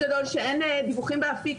שאין דיווחים באפיק.